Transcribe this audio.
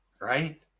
right